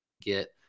get